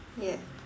ya